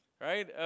Right